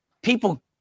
People